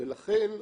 לכן,